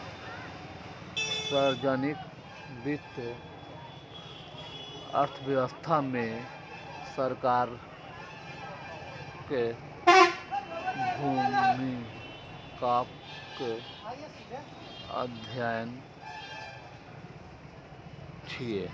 सार्वजनिक वित्त अर्थव्यवस्था मे सरकारक भूमिकाक अध्ययन छियै